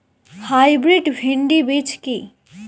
Hybrid ভীন্ডি বীজ কি?